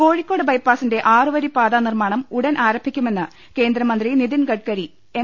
കോഴിക്കോട് ബൈപ്പാസിന്റെ ആറുവരിപ്പാത നിർമ്മാണം ഉടൻ ആരം ഭിക്കുമെന്ന് കേന്ദ്രമന്ത്രി നിതിൻ ഗഡ്കരി എം